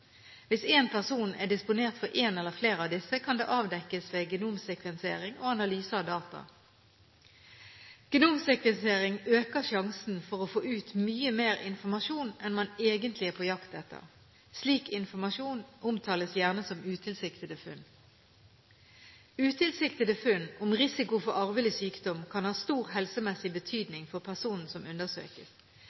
Hvis en person er disponert for én eller flere av disse, kan det avdekkes ved genomsekvensering og analyse av data. Genomsekvensering øker sjansen for å få ut mye mer informasjon enn man egentlig er på jakt etter. Slik informasjon omtales gjerne som utilsiktede funn. Utilsiktede funn om risiko for arvelig sykdom kan ha stor helsemessig betydning for personen som